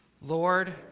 Lord